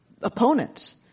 opponents